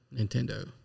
Nintendo